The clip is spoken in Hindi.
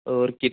और कित